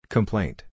Complaint